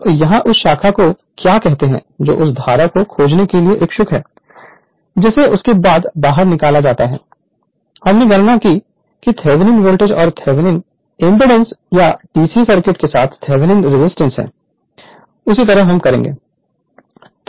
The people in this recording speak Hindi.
तो यहां उस शाखा को क्या कहते हैं जो उस धारा को खोजने के लिए इच्छुक है जिसे उसके बाद बाहर निकाला जाता है हमने गणना की थीवेनिन वोल्टेज और थेवेनिन एमपीडांस या dc सर्किट के लिए थेवेनिन रजिस्टेंस है उसी तरह हम करेंगे